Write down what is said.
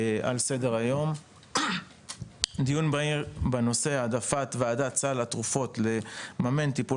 על סדר היום דיון מהיר בנושא העדפת ועדת סל התרופות לממן טיפול